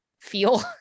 feel